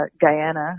Guyana